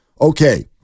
okay